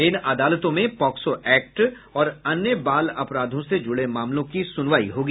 इन अदालतों में POCSO act और अन्य बाल अपराधों से जुड़े मामलों की सुनवाई होगी